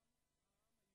אחרים.